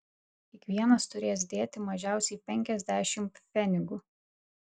kiekvienas turės dėti mažiausiai penkiasdešimt pfenigų